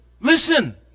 Listen